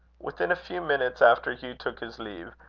within a few minutes after hugh took his leave,